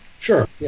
Sure